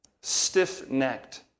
Stiff-necked